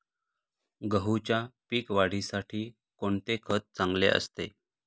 गहूच्या पीक वाढीसाठी कोणते खत चांगले असते?